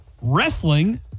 wrestling